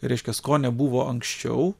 reiškias ko nebuvo anksčiau